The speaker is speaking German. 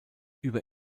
über